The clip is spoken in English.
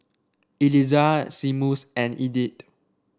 Elizah Seamus and Edith